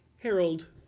Harold